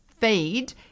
feed